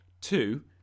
Two